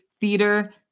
theater